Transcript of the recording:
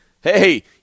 hey